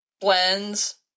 blends